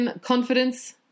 confidence